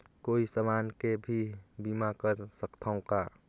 कोई समान के भी बीमा कर सकथव का?